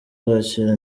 zakira